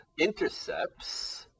intercepts